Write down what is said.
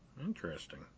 Interesting